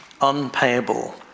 Unpayable